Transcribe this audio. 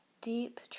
deep